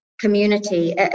community